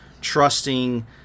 trusting